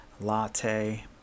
latte